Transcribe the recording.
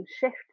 shift